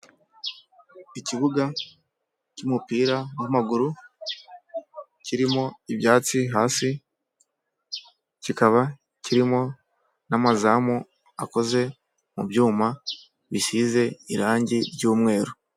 Ikibuga cy'umupira w'amaguru kirimo ibyatsi hasi, kikaba kirimo n'amazamu akoze mu byuma bisize irangi ryumweru.